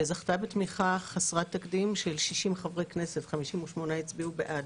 וזכתה בתמיכה חסרת תקדים של 60 חברי כנסת 58 הצביעו בעד.